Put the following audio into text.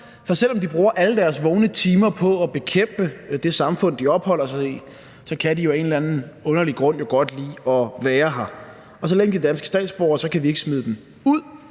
Selv om de bruger alle deres vågne timer på at bekæmpe det samfund, de opholder sig i, så kan de jo af en eller anden underlig grund godt lide at være her, og så længe de er danske statsborgere, kan vi ikke smide dem ud.